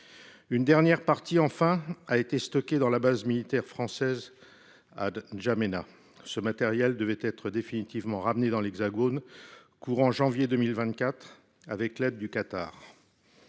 Une dernière partie, enfin, a été stockée dans la base militaire française de N’Djamena. Ce matériel devait être définitivement ramené dans l’Hexagone dans le courant du mois de janvier 2024, avec l’aide du Qatar.